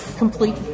complete